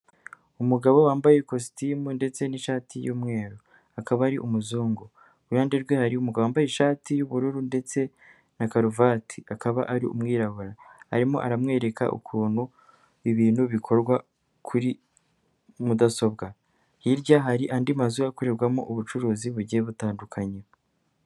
Umugabo wambaye kositimu ndetse n'ishati y'umweru, akaba ari umuzungu. Iruhande rwe hari umugabo wambaye ishati y'ubururu ndetse na karuvati, akaba ari umwirabura. Arimo aramwereka ukuntu, ibintu bikorwa, kuri, mudasobwa. Hirya hari andi mazu akorerwamo ubucuruzi bugiye butandukanye.